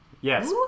Yes